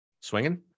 swinging